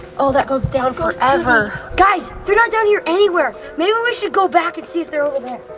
oh, that goes down forever. guys, they're not down here anywhere. maybe we should go back and see if they're over there.